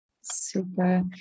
Super